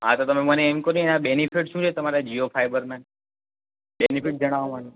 હા તો તમે મને એમ કહો ને એના બેનિફિટ શું છે તમારા જીઓ ફાઈબરના બેનિફિટ જણાવો મને